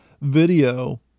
video